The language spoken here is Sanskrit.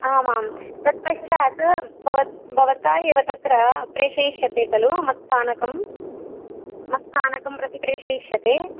आम् आम् तत्पश्चात् भवत् भवता एव तत्र प्रेषयिष्यते खलु मत्स्थानकं मत्स्थानकं प्रति प्रेषयिष्यते